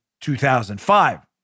2005